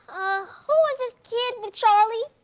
ah, who is this kid with charlie?